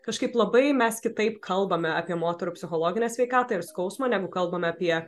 kažkaip labai mes kitaip kalbame apie moterų psichologinę sveikatą ir skausmą negu kalbame apie